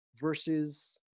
versus